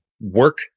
work